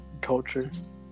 cultures